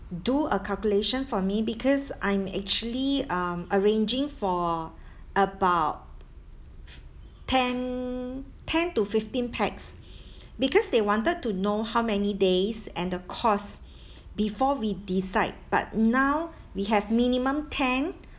do a calculation for me because I'm actually um arranging for about ten ten to fifteen pax because they wanted to know how many days and the cost before we decide but now we have minimum ten